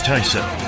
Tyson